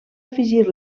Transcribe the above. afegir